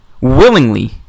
willingly